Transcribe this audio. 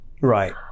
Right